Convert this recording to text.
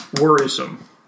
worrisome